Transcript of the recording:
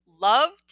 loved